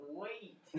wait